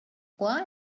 why